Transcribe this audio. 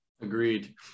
Agreed